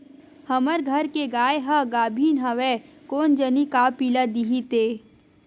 हमर घर के गाय ह गाभिन हवय कोन जनी का पिला दिही ते